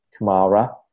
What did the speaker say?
Kamara